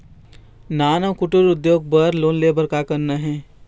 नान अउ कुटीर उद्योग बर लोन ले बर का करना हे?